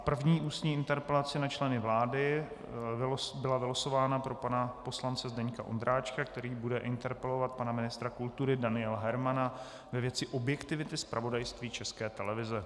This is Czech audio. První ústní interpelace na členy vlády byla vylosována pro pana poslance Zdeňka Ondráčka, který bude interpelovat pana ministra kultury Daniela Hermana ve věci objektivity zpravodajství České televize.